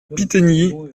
pitegny